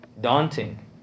daunting